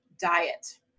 diet